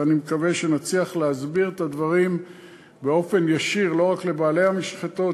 ואני מקווה שנצליח להסביר את הדברים באופן ישיר לא רק לבעלי המשחטות,